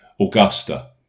Augusta